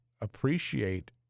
appreciate